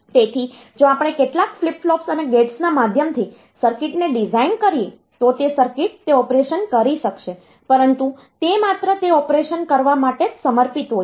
તેથી જો આપણે કેટલાક ફ્લિપ ફ્લોપ્સ અને ગેટ્સના માધ્યમથી સર્કિટને ડિઝાઇન કરીએ તો તે સર્કિટ તે ઑપરેશન કરી શકશે પરંતુ તે માત્ર તે ઑપરેશન કરવા માટે જ સમર્પિત હોય છે